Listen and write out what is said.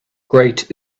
great